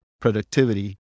productivity